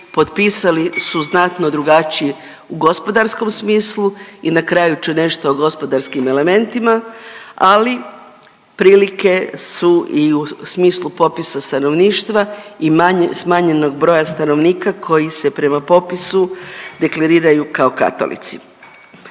potpisali su znatno drugačiji u gospodarskom smislu i na kraju ću nešto o gospodarskim elementima, ali prilike su i u smislu popisa stanovništva i smanjenog broja stanovnika koji se prema popisu deklariraju kao katolici.